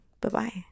Bye-bye